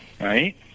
Right